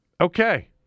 Okay